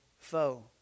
foe